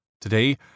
Today